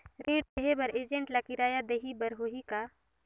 ऋण देहे बर एजेंट ला किराया देही बर होही का?